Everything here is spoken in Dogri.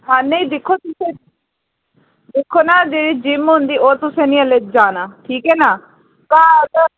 हां नेई दिक्खो तुस दिक्खो ना जेह्ड़ी जिम होंदी तुसें निं अल्ले ओह् जाना ठीक ऐ ना घर